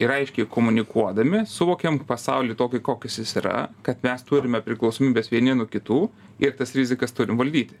ir aiškiai komunikuodami suvokiam pasaulį tokį kokis jis yra kad mes turime priklausomybes vieni nuo kitų ir tas rizikas turim valdyti